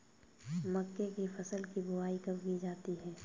मक्के की फसल की बुआई कब की जाती है?